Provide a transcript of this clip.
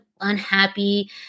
unhappy